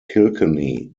kilkenny